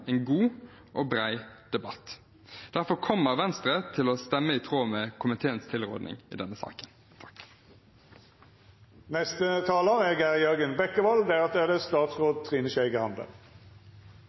en god og bred debatt. Derfor kommer Venstre til å stemme i tråd med komiteens tilråding i denne saken. Det å ha forventninger til at også trossamfunn setter likestilling på dagsordenen, synes jeg er